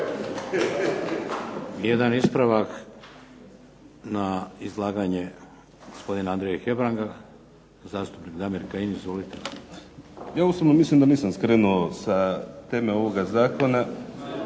Jedan ispravak na izlaganje gospodina Andrije Hebranga, zastupnik Damir Kajin. **Kajin, Damir (IDS)** Ja jednostavno mislim da nisam skrenuo sa teme ovog Zakona,